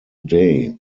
day